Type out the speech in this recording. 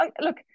look